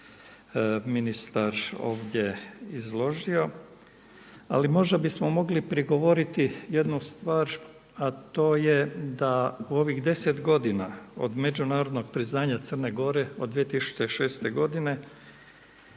ministar ovdje izložio. Ali možda bismo mogli prigovoriti jednu stvar a to je da u ovih 10 godina od međunarodnog priznanja Crne Gore od 2006. godine